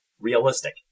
realistic